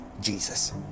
Jesus